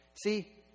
See